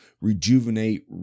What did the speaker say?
rejuvenate